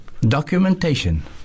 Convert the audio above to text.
documentation